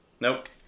Nope